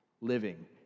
living